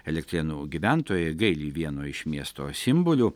elektrėnų gyventojai gaili vieno iš miesto simbolių